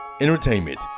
entertainment